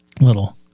Little